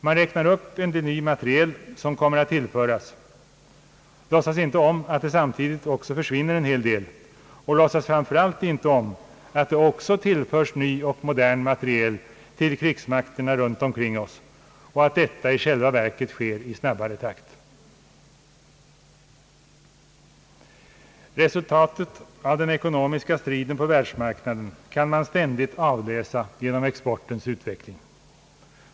Man räknar upp en del ny materiel som kommer att tillföras, men man låtsas inte om att det samtidigt också försvinner en hel del materiel, och man låtsas framför allt inte om att det också tillförs ny och modern materiel till krigsmakterna omkring oss och att detta i själva verket sker i snabbare takt. Resultatet av den ekonomiska striden på världsmarknaden kan ständigt avläsas genom exportens utveckling.